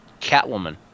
Catwoman